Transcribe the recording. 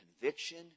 conviction